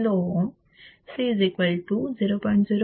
3 kilo ohm C0